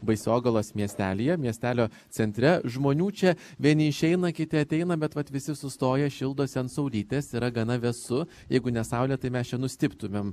baisogalos miestelyje miestelio centre žmonių čia vieni išeina kiti ateina bet vat visi sustoja šildosi ant saulytės yra gana vėsu jeigu ne saulė tai mes čia nustiptumėm